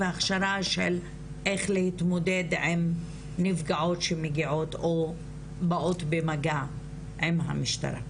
וההכשרה של איך להתמודד נפגעות שמגיעות או באות במגע עם המשטרה?